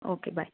okay bye